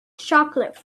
chocolate